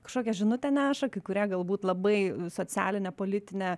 kažkokią žinutę neša kai kurie galbūt labai socialinę politinę